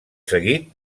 seguit